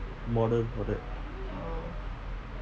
model for that